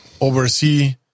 oversee